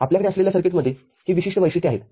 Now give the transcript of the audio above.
आपल्याकडे असलेल्या सर्किटमध्ये ही वैशिष्ट्ये आहेत